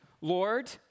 Lord